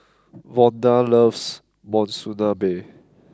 Vonda loves Monsunabe